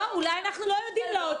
אולי אנחנו לא יודעים,